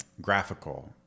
Graphical